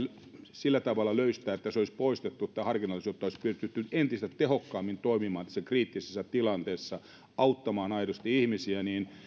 sillä tavalla löystää että olisi poistettu tätä harkinnallisuutta niin että olisi kyetty entistä tehokkaammin toimimaan tässä kriittisessä tilanteessa ja auttamaan aidosti ihmisiä niin